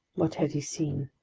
what had he seen?